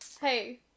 Hey